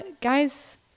guys